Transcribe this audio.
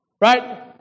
Right